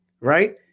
right